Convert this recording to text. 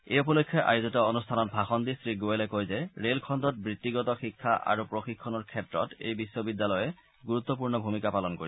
এই উপলক্ষে আয়োজিত অনুষ্ঠানত ভাষণ দি শ্ৰীগোৱেলে কয় যে ৰেল খণ্ডত বৃত্তিগত শিক্ষা আৰু প্ৰশিক্ষণৰ ক্ষেত্ৰত এই বিশ্ববিদ্যালয়ে এক গুৰুত্পূৰ্ণ ভুমিকা পালন কৰিব